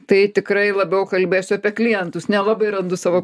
tai tikrai labiau kalbėsiu apie klientus nelabai randu savo